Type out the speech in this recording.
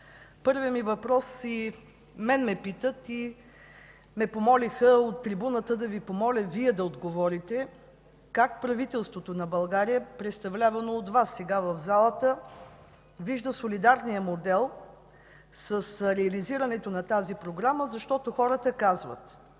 Първият въпрос, за който ме питат и ме помолиха от трибуната Вие да отговорите, е: как правителството на България, представлявано от Вас сега в залата, вижда солидарния модел с реализирането на тази програма? Защото, хората казват: